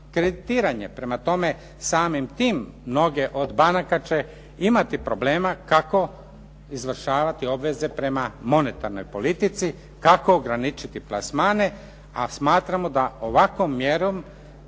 kreditiranje. Prema tome, samim tim mnoge od banaka će imati problema kako izvršavati obveze prema monetarnoj politici, kako ograničiti plasmane, a smatramo da ovakvom mjerom